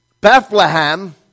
Bethlehem